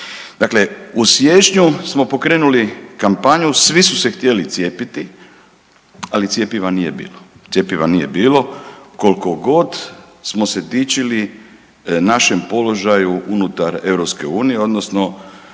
Dakle, u siječnju smo pokrenuli kampanju, svi su se htjeli cijepiti ali cjepiva nije bilo koliko god smo se dičili našem položaju unutar Europske